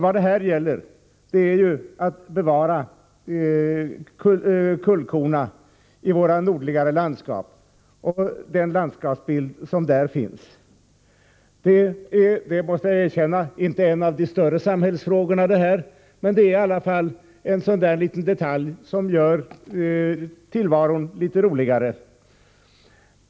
Vad det här gäller är att bevara kullkorna i våra nordligaste landskap och den landskapsbild som finns där. Jag måste erkänna att det här inte är en av de större samhällsfrågorna, men det är ändå en detalj som gör tillvaron litet roligare.